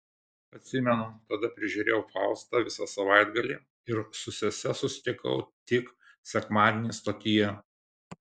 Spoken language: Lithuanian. atsimenu tada prižiūrėjau faustą visą savaitgalį ir su sese susitikau tik sekmadienį stotyje